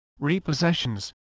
repossessions